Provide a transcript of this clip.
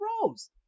rose